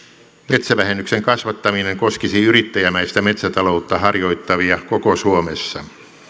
metsävähennyksen kasvattaminen koskisi yrittäjämäistä metsätaloutta harjoittavia koko suomessa